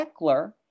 Eckler